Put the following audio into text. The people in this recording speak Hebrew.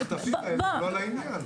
המחטפים האלה לא לעניין.